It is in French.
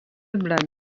blague